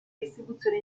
distribuzione